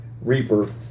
Reaper